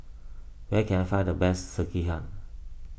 where can I find the best Sekihan